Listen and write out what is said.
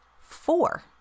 four